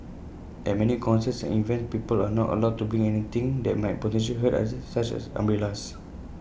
at many concerts and events people are not allowed to bring anything that might potential hurt others such as umbrellas